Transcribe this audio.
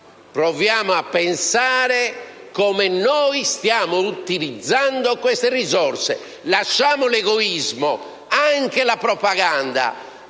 Proviamo a pensare a come stiamo utilizzando queste risorse. Lasciamo l'egoismo, la propaganda